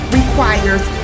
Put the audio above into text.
requires